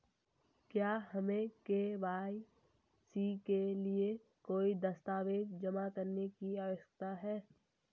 क्या हमें के.वाई.सी के लिए कोई दस्तावेज़ जमा करने की आवश्यकता है?